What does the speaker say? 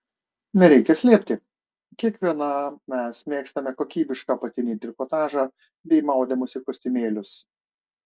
nereikia slėpti kiekviena mes mėgstame kokybišką apatinį trikotažą bei maudymosi kostiumėlius